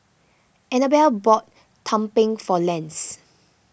Anabelle bought Tumpeng for Lance